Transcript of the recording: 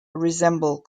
resemble